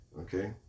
Okay